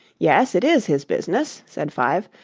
yes, it is his business said five,